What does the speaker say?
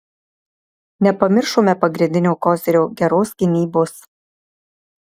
nepamiršome pagrindinio kozirio geros gynybos